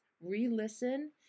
re-listen